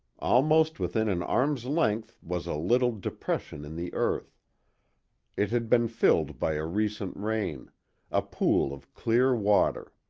almost within an arm's length was a little depression in the earth it had been filled by a recent rain a pool of clear water.